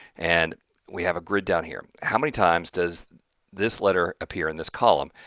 and we have a grid down here, how many times does this letter appear in this column.